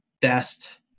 best